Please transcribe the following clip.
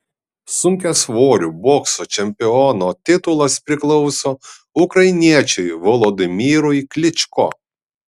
sunkiasvorių bokso čempiono titulas priklauso ukrainiečiui volodymyrui klyčko